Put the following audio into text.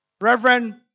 Reverend